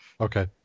Okay